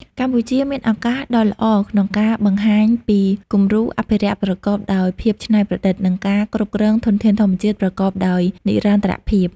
កម្ពុជាមានឱកាសដ៏ល្អក្នុងការបង្ហាញពីគំរូអភិរក្សប្រកបដោយភាពច្នៃប្រឌិត និងការគ្រប់គ្រងធនធានធម្មជាតិប្រកបដោយនិរន្តរភាព។